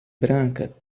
branca